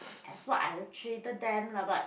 as what I treated them lah but